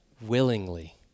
willingly